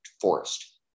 forest